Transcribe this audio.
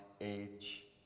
age